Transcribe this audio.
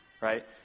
right